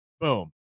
boom